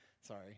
Sorry